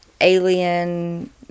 Alien